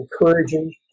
encouraging